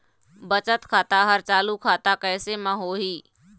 बचत खाता हर चालू खाता कैसे म होही?